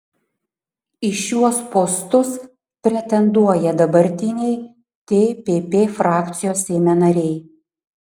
į šiuos postus pretenduoja dabartiniai tpp frakcijos seime nariai